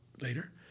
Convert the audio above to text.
later